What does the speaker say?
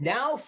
Now